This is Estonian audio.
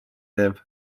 teeb